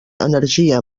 energia